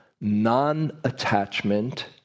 non-attachment